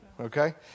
Okay